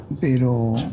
pero